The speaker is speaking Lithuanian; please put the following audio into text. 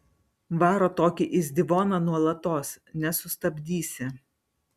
varo tokį izdivoną nuolatos nesustabdysi